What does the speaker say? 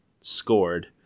scored